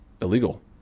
illegal